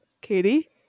Katie